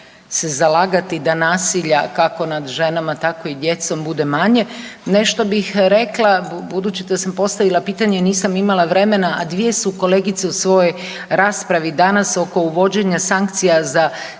da nasilja kako nad ženama tako i djecom bude manje, nešto bih rekla budući da sam postavila pitanje nisam imala vremena, a dvije su kolegice u svojoj raspravi danas oko uvođenja sankcija za